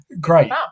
great